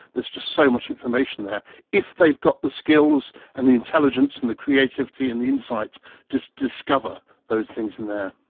there is just so much information there if they've got the skills and the intelligence and the creativity and the insights to discover those things in there.